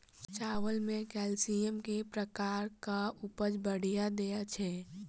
चावल म जैसमिन केँ प्रकार कऽ उपज बढ़िया दैय छै?